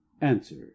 answer